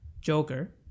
Joker